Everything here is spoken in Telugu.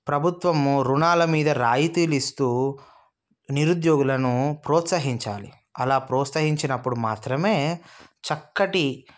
ప్రభుత్వము రుణాల మీద రాయితీలు ఇస్తూ నిరుద్యోగులను ప్రోత్సహించాలి అలా ప్రోత్సహించినప్పుడు మాత్రమే చక్కటి